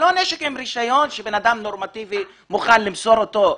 זה לא נשק עם רישיון שבן אדם נורמטיבי מוכן למסור אותו.